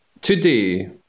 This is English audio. today